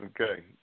Okay